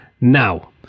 Now